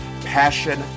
passion